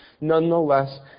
nonetheless